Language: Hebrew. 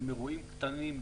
הם אירועים קטנים,